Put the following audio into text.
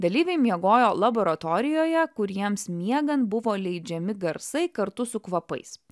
dalyviai miegojo laboratorijoje kur jiems miegant buvo leidžiami garsai kartu su kvapais